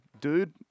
dude